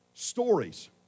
Stories